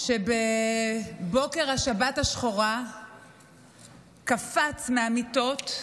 שבבוקר השבת השחורה קפץ מהמיטות,